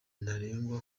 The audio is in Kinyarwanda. ntarengwa